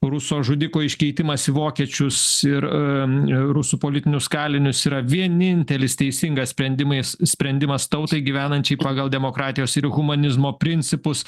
ruso žudiko iškeitimas į vokiečius ir rusų politinius kalinius yra vienintelis teisingas sprendimais sprendimas tautai gyvenančiai pagal demokratijos ir humanizmo principus